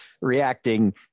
reacting